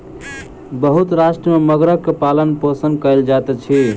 बहुत राष्ट्र में मगरक पालनपोषण कयल जाइत अछि